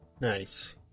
Nice